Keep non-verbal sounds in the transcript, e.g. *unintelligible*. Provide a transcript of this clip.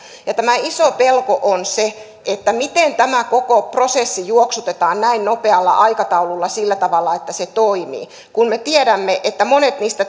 tämä iso pelko on se miten tämä koko prosessi juoksutetaan näin nopealla aikataululla sillä tavalla että se toimii kun me tiedämme että monet niistä *unintelligible*